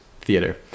Theater